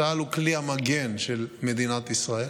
צה"ל הוא כלי המגן של מדינת ישראל,